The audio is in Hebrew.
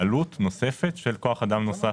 עלות נוספת של כוח אדם נוסף.